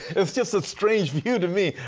is just a strange view to me.